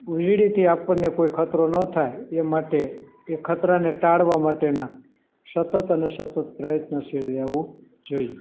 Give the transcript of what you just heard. વીજળીથી આપણને કોઈ ખતરો ન થાય એ માટે એ ખતરાને ટાળવા માટેનાં સતત અને સતત પ્રયત્નશીલ રહેવું જોઇએ